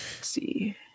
see